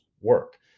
work